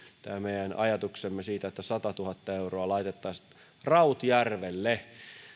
tämä meidän ajatuksemme siitä että satatuhatta euroa laitettaisiin rautjärvelle